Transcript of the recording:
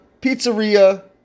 Pizzeria